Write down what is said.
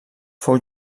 fou